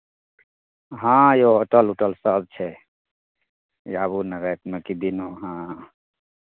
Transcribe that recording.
हँ यौ होटल उटल सभ छै आबू ने रातिमे कि दिनमे हँ